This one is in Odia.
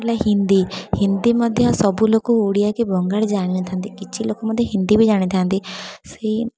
ଆଉ ହେଲା ହିନ୍ଦୀ ହିନ୍ଦୀ ମଧ୍ୟ ସବୁ ଲୋକ ଓଡ଼ିଆ କି ବଙ୍ଗାଳୀ ଜାଣିନଥାନ୍ତି କିଛି ଲୋକ ମଧ୍ୟ ହିନ୍ଦୀ ବି ଜାଣିଥାନ୍ତି ସେହି